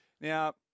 Now